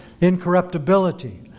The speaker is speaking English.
incorruptibility